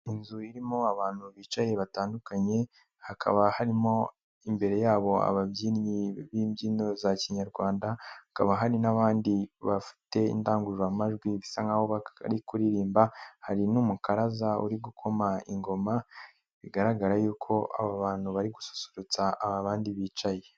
Iyi inzu irimo abantu bicaye batandukanye ,hakaba harimo imbere yabo ababyinnyi b'imbyino za kinyarwanda . Hakaba hari n'abandi bafite indangururamajwi bisa nkaho bari kuririmba, hari n'umukaraza uri gukoma ingoma bigaragara yuko abantu bari gususurutsa abandi bicaye.